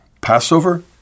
Passover